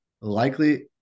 likely